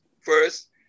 first